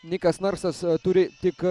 nikas narsas turi tik